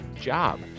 job